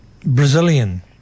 Brazilian